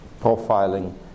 profiling